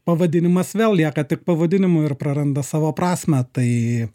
pavadinimas vėl lieka tik pavadinimu ir praranda savo prasmę tai